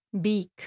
Beak